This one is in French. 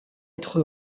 être